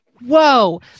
Whoa